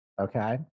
Okay